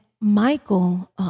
Michael